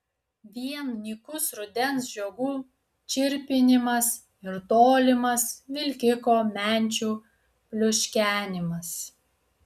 vien nykus rudens žiogų čirpinimas ir tolimas vilkiko menčių pliuškenimas